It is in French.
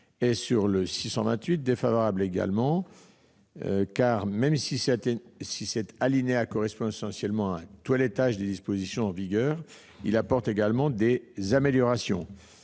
est par ailleurs défavorable à l'amendement n° 628, car même si l'alinéa correspond essentiellement à un toilettage des dispositions en vigueur, il apporte également des améliorations.